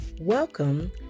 Welcome